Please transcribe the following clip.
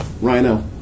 Rhino